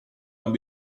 and